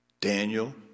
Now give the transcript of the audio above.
Daniel